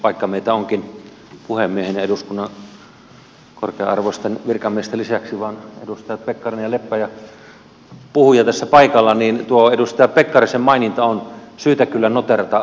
vaikka meitä onkin puhemiehen ja eduskunnan korkea arvoisten virkamiesten lisäksi vain edustajat pekkarinen ja leppä ja puhuja tässä paikalla niin tuo edustaja pekkarisen maininta on syytä kyllä noteerata todellakin